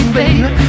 baby